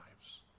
lives